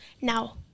now